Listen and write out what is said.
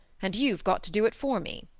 and you've got to do it for me.